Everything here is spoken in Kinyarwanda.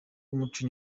umuco